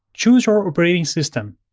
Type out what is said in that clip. choose your operating system,